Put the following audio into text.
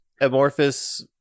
amorphous